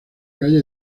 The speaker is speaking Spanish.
calle